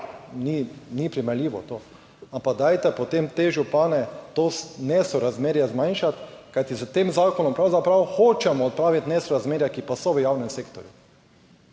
ni primerljivo to, ampak dajte potem te župane to nesorazmerje zmanjšati. Kajti s tem zakonom pravzaprav hočemo odpraviti nesorazmerja, ki pa so v javnem sektorju.